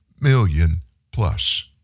million-plus